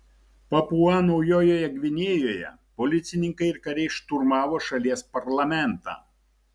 papua naujojoje gvinėjoje policininkai ir kariai šturmavo šalies parlamentą